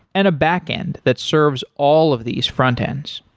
and a backend that serves all of these frontends.